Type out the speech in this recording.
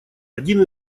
один